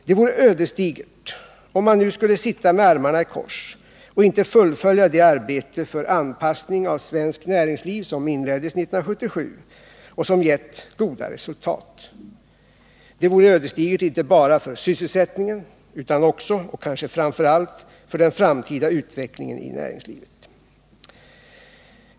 Det vore ödesdigert om man nu skulle sitta med armarna i kors och inte fullfölja det arbete för anpassning av svenskt näringsliv som inleddes 1977 och som gett goda resultat. Det vore ödesdigert inte bara för sysselsättningen utan också, och kanske framför allt, för den framtida utvecklingen i näringslivet.